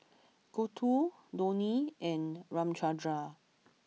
Gouthu Dhoni and Ramchundra